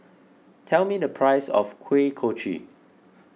tell me the price of Kuih Kochi